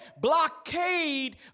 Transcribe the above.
blockade